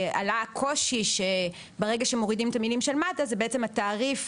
עלה הקושי שברגע שמורידים את המילים של מד"א בעצם התעריף